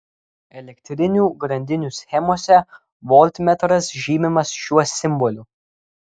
elektrinių grandinių schemose voltmetras žymimas šiuo simboliu